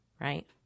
right